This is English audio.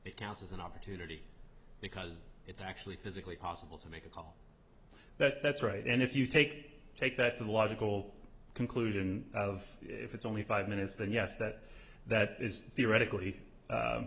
it counts as an opportunity because it's actually physically possible to make a that's right and if you take take that to the logical conclusion of if it's only five minutes then yes that that is theoretically